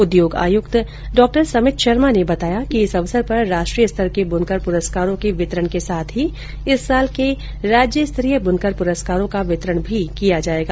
उद्योग आयुक्त डॉ समित शर्मा ने बताया कि इस अवसर पर राष्ट्रीय स्तर के बुनकर पुरस्कारों के वितरण के साथ ही इस साल के राज्य स्तरीय बुनकर पुरस्कारों का वितरण भी इस समारोह में किया जाएगा